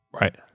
Right